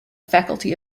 faculty